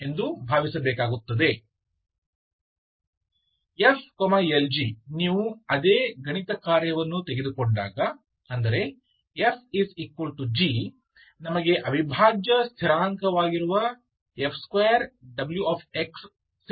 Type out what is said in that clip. ⟨f Lg⟩ ನೀವು ಅದೇ ಗಣಿತಕಾರ್ಯವನ್ನು ತೆಗೆದುಕೊಂಡಾಗ ಅಂದರೆ fg ನಮಗೆ ಅವಿಭಾಜ್ಯ ಸ್ಥಿರಾಂಕವಾಗಿರುವ f2wx ಸಿಗುತ್ತದೆ